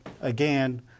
again